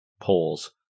polls